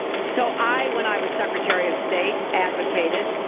so i, when i was secretary of state advocated,